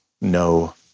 no